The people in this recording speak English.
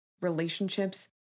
relationships